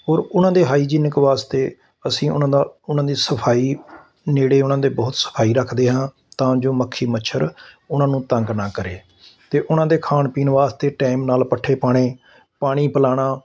ਔਰ ਉਹਨਾਂ ਦੇ ਹਾਈਜੀਨਿਕ ਵਾਸਤੇ ਅਸੀਂ ਉਹਨਾਂ ਦਾ ਉਹਨਾਂ ਦੀ ਸਫਾਈ ਨੇੜੇ ਉਹਨਾਂ ਦੇ ਬਹੁਤ ਸਫਾਈ ਰੱਖਦੇ ਹਾਂ ਤਾਂ ਜੋ ਮੱਖੀ ਮੱਛਰ ਉਹਨਾਂ ਨੂੰ ਤੰਗ ਨਾ ਕਰੇ ਅਤੇ ਉਹਨਾਂ ਦੇ ਖਾਣ ਪੀਣ ਵਾਸਤੇ ਟਾਈਮ ਨਾਲ ਪੱਠੇ ਪਾਉਣੇ ਪਾਣੀ ਪਿਲਾਉਣਾ